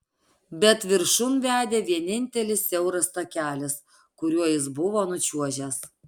bet viršun vedė vienintelis siauras takelis kuriuo jis buvo nučiuožęs